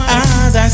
eyes